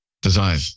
Design